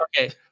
Okay